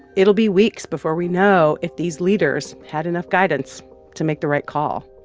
it'll be weeks before we know if these leaders had enough guidance to make the right call